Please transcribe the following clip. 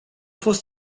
fost